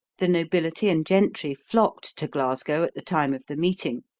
the nobility and gentry flocked to glasgow at the time of the meeting,